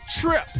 trip